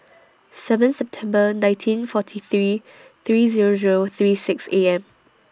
seven September nineteen forty three three Zero Zero thirty six